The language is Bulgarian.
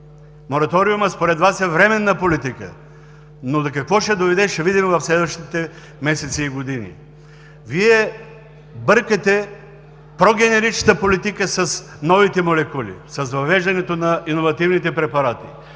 Мораториумът според Вас е временна политика, но до какво ще доведе – ще видим в следващите месеци и години. Вие бъркате прогенеричната политика с новите молекули, с въвеждането на иновативните препарати.